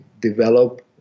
develop